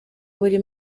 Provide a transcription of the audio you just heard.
buri